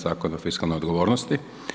Zakona o fiskalnoj odgovornosti.